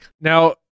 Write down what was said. Now